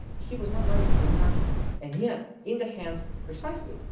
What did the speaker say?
he was not writing for the americans and yet in the hands, precisely,